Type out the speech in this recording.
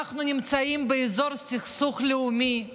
אנחנו נמצאים באזור סכסוך לאומי,